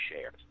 shares